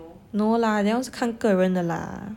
no lah that one is 看各人的 lah